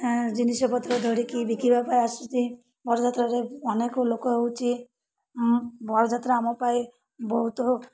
ଜିନିଷପତ୍ର ଧରିକି ବିକିବା ଆସୁଛି ବରଯାତ୍ରାରେ ଅନେକ ଲୋକ ହେଉଛି ବରଯାତ୍ରା ଆମ ପାଇଁ ବହୁତ